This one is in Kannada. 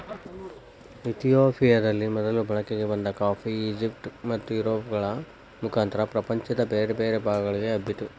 ಇತಿಯೋಪಿಯದಲ್ಲಿ ಮೊದಲು ಬಳಕೆಗೆ ಬಂದ ಕಾಫಿ, ಈಜಿಪ್ಟ್ ಮತ್ತುಯುರೋಪ್ಗಳ ಮುಖಾಂತರ ಪ್ರಪಂಚದ ಬೇರೆ ಭಾಗಗಳಿಗೆ ಹಬ್ಬಿತು